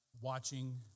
watching